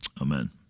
Amen